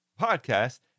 podcast